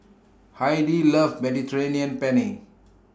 Heidi loves Mediterranean Penne